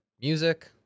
music